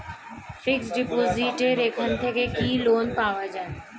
Fix ডিপোজিটের এখান থেকে কি লোন পাওয়া যায়?